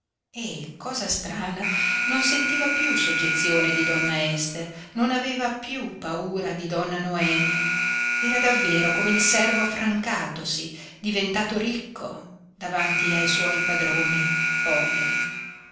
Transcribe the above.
e cosa strana non sentiva piú soggezione di donna ester non aveva piú paura di donna noemi era davvero come il servo affrancatosi diventato ricco davanti ai suoi padroni poveri